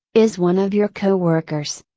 is one of your coworkers?